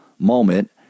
Moment